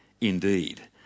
indeed